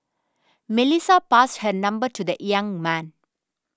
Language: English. Melissa passed her number to the young man